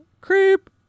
Creep